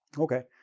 okay.